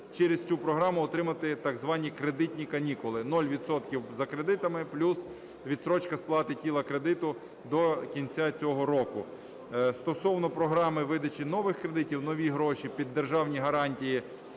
через цю програму отримати так звані кредитні канікули – нуль відсотків за кредитами, плюс відстрочка сплати тіла кредиту до кінця цього року. Стосовно програми видачі нових кредитів "Нові гроші" під державні гарантії,